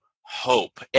hope